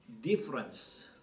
difference